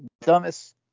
dumbest